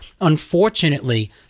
unfortunately